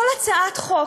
כל הצעת חוק,